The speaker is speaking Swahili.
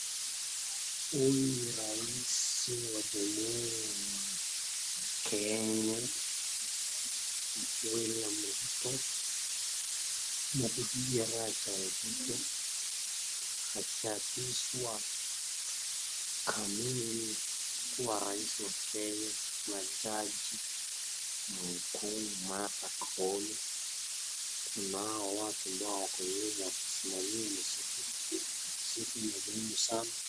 Huyu ni rais wa jamhuri ya Kenya William Ruto na bibiye Rachael Ruto akiapishwa kamili kuwa rais wa Kenya na jaji mkuu Martha Koome. Kunao watu ambao wako nyuma wakisimamia ni siku ya muhimu sana.